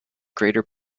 greater